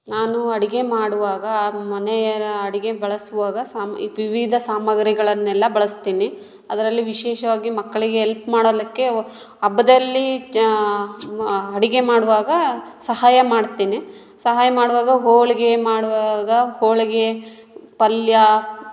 ನಾನು ಅಡಿಗೆ ಮಾಡುವಾಗ ಮನೆಯರ ಅಡಿಗೆ ಬಳಸುವಾಗ ಸಾಮ ವಿವಿಧ ಸಾಮಾಗ್ರಿಗಳನ್ನೆಲ್ಲ ಬಳಸ್ತೀನಿ ಅದರಲ್ಲಿ ವಿಶೇಷವಾಗಿ ಮಕ್ಕಳಿಗೆ ಎಲ್ಪ್ ಮಾಡಲಿಕ್ಕೆ ಹಬ್ಬದಲ್ಲಿ ಜ ಅಡಿಗೆ ಮಾಡುವಾಗ ಸಹಾಯ ಮಾಡ್ತೀನಿ ಸಹಾಯ ಮಾಡುವಾಗ ಹೋಳಿಗೆ ಮಾಡುವಾಗ ಹೋಳಿಗೆ ಪಲ್ಯ